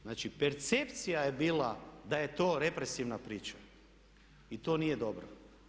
Znači, percepcija je bila da je to represivna priča i to nije dobro.